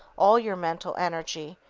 all your mental energy,